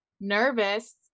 nervous